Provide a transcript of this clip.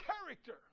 character